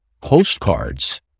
postcards